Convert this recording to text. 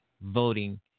voting